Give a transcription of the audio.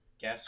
guess